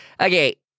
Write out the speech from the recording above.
Okay